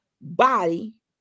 body